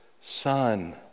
Son